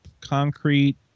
concrete